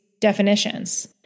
definitions